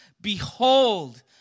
Behold